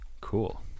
Cool